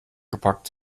gepackt